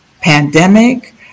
pandemic